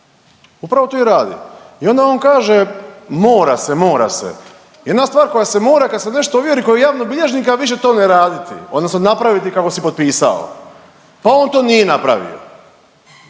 Upravo to i radi. I onda on kaže, mora se, mora se. Jedina stvar koja se mora kad se nešto ovjeri kod javnog bilježnika, više to ne raditi odnosno napraviti kako si potpisao. Pa on to nije napravio.